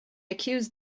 accuse